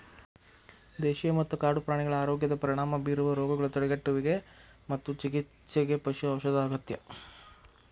ದೇಶೇಯ ಮತ್ತ ಕಾಡು ಪ್ರಾಣಿಗಳ ಆರೋಗ್ಯದ ಪರಿಣಾಮ ಬೇರುವ ರೋಗಗಳ ತಡೆಗಟ್ಟುವಿಗೆ ಮತ್ತು ಚಿಕಿತ್ಸೆಗೆ ಪಶು ಔಷಧ ಅಗತ್ಯ